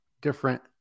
different